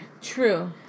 True